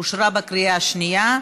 אושרה בקריאה השנייה.